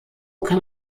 kann